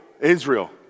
Israel